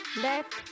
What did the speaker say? Left